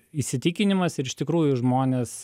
įsitikinimas ir iš tikrųjų žmonės